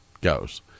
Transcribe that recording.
goes